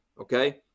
okay